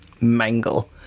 Mangle